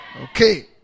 Okay